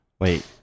Wait